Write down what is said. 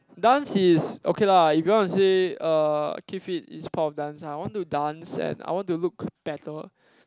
dance is okay lah if you want to say uh keep fit is part of dance ah I want to dance and I want to look better